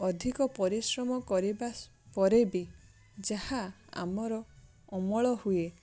ଅଧିକ ପରିଶ୍ରମ କରିବା ପରେ ବି ଯାହା ଆମର ଅମଳ ହୁଏ